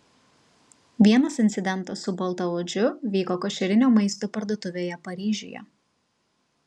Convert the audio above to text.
vienas incidentas su baltaodžiu vyko košerinio maisto parduotuvėje paryžiuje